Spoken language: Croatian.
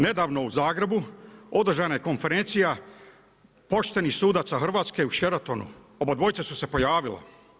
Nedavno u Zagrebu održana je konferencija poštenih sudaca Hrvatske u Sheratonu, obadvojca su se pojavila.